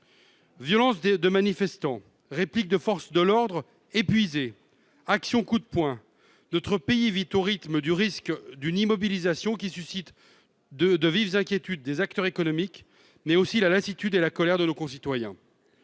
Violences de manifestants, répliques de forces de l'ordre épuisées, actions coup de poing : notre pays vit au rythme d'une immobilisation qui suscite de vives inquiétudes chez les acteurs économiques, mais aussi la lassitude et la colère de nos concitoyens.